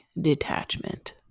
detachment